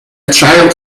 child